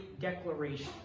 declaration